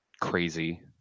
crazy